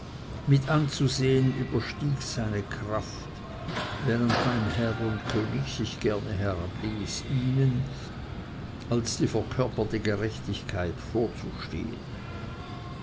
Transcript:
mit anzusehen überstieg seine kraft während mein herr und könig sich gerne herabließ ihnen als die verkörperte gerechtigkeit vorzustehen